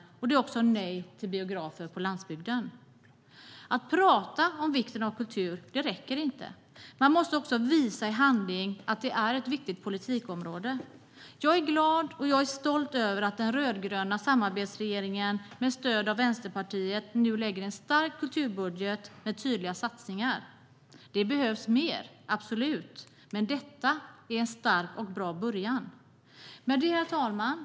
Det är också nej till biografer på landsbygden. Att prata om vikten av kultur räcker inte. Man måste också visa i handling att det är ett viktigt politikområde. Jag är glad och stolt över att den rödgröna samarbetsregeringen med stöd av Vänsterpartiet nu lägger fram en stark kulturbudget med tydliga satsningar. Det behövs absolut mer, men detta är en stark och bra början. Herr talman!